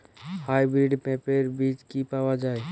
Hybrid পেঁপের বীজ কি পাওয়া যায়?